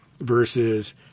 versus